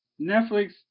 Netflix